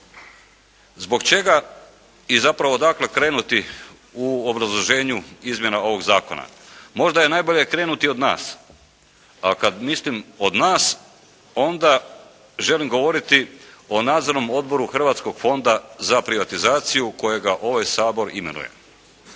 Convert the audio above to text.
Zbog čega i zapravo odakle krenuti u obrazloženju izmjena ovoga zakona. Možda je najbolje krenuti od nas, a kada mislim od nas onda želim govoriti o Nadzornom odboru Hrvatskog fonda za privatizaciju kojega ovaj Sabor imenuje.